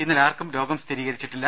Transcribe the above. ഇന്നലെ ആർക്കും രോഗം സ്ഥിരീകരിച്ചിട്ടില്ല